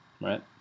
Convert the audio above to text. right